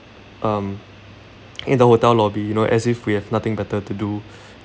um in the hotel lobby you know as if we have nothing better to do